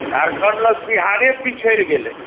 झारखण्ड लग बिहारे पिछड़ि गेलै